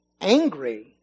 angry